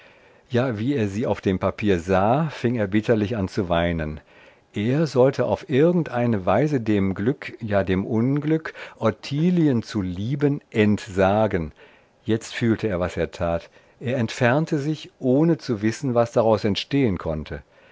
ja wie er sie auf dem papier sah fing er bitterlich an zu weinen er sollte auf irgendeine weise dem glück ja dem unglück ottilien zu lieben entsagen jetzt fühlte er was er tat er entfernte sich ohne zu wissen was daraus entstehen konnte